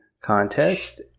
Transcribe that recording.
contest